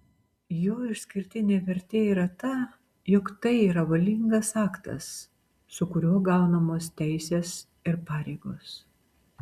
jo išskirtinė vertė yra ta jog tai yra valingas aktas su kuriuo gaunamos teisės ir pareigos